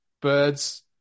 birds